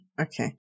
Okay